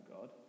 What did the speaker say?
god